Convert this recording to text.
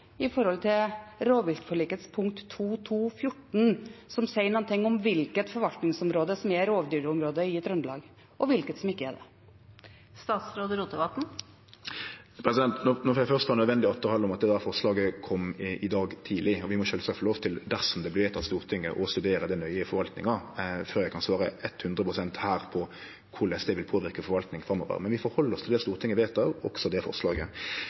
i forhold til rovviltforlikets pkt. 2.2.14, som sier noe om hvilket forvaltningsområde som er rovdyrområde i Trøndelag, og hvilket som ikke er det? No får eg først ta nødvendig atterhald om at det forslaget kom i dag tidleg, og vi må sjølvsagt få lov til, dersom det vert vedteke i Stortinget, å få studere det nøye i forvaltninga, før eg her kan svare ett hundre prosent på korleis det vil påverke forvaltninga framover. Men vi held oss til det Stortinget vedtek, også det forslaget.